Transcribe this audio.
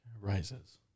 rises